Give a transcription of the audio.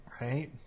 right